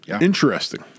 Interesting